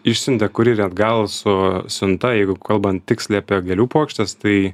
išsiuntė kurjerį atgal su siunta jeigu kalbant tiksliai apie gėlių puokštes tai